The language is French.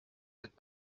être